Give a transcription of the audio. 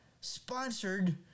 sponsored